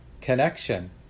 connection